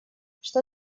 что